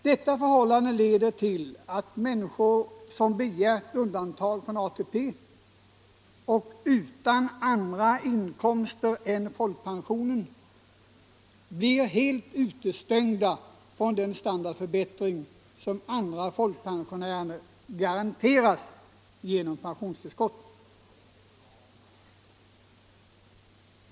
Detta förhållande leder till att människor som begärt undantagande från ATP och som är utan andra inkomster än folkpensionen, blir helt utestängda från den standardförbättring som andra folkpensionärer garanteras genom pensionstillskotten.